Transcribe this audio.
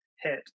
hit